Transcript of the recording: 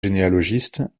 généalogistes